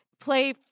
play